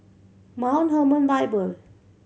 Mount Hermon Bible